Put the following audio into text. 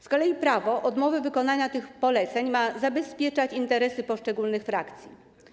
Z kolei prawo odmowy wykonania tych poleceń ma zabezpieczać interesy poszczególnych frakcji.